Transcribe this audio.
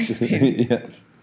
Yes